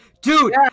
dude